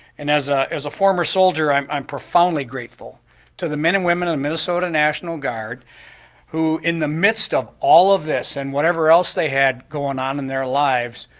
and as ah as a former soldier, i'm i'm profoundly grateful to the men and women of the minnesota national guard who in the midst of all of this and whatever else they had going on in their lives,